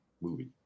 movie